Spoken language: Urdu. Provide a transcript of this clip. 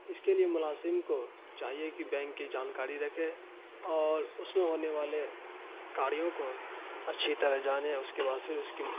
اس کے لیے ملازم کو چاہیے کہ بینک کی جانکاری رکھے اور اس میں ہونے والے کاریوں کو اچھی طرح جانے اور اس کے بعد پھر اس کی